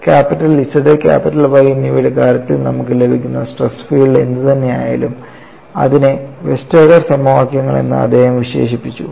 capital Z capital Y എന്നിവയുടെ കാര്യത്തിൽ നമുക്ക് ലഭിക്കുന്ന സ്ട്രെസ് ഫീൽഡ് എന്തുതന്നെയായാലും അതിനെ വെസ്റ്റെർഗാർഡ് സമവാക്യങ്ങൾ എന്ന് അദ്ദേഹം വിശേഷിപ്പിച്ചു